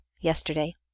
yesterday